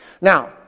Now